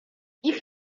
ich